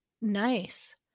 nice